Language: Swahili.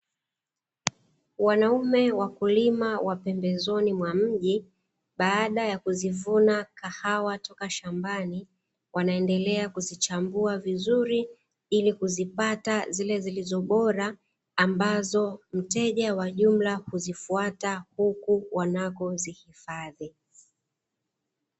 Wanaume wakulima wa pembezoni mwa mji, baada ya kuzivuna kahawa toka shambani, wanaendelea kuzichambua vizuri ili kuzipata zile zilizo bora ambao mteja wa jumla huzifata huku wanapozihifadhi.